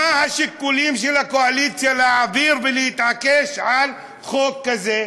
מה השיקולים של הקואליציה להעביר ולהתעקש על חוק כזה?